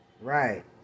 Right